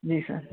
जी sir